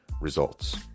Results